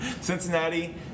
Cincinnati